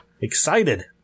excited